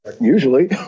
usually